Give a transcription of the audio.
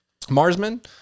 Marsman